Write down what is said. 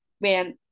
man